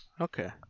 Okay